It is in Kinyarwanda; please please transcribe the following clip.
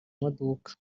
maduka